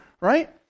right